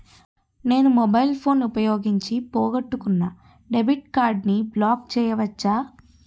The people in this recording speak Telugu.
నేను మొబైల్ ఫోన్ ఉపయోగించి పోగొట్టుకున్న డెబిట్ కార్డ్ని బ్లాక్ చేయవచ్చా?